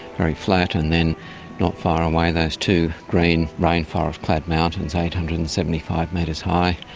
very flat. and then not far away those two green rainforest-clad mountains, eight hundred and seventy five metres high.